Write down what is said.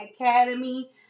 Academy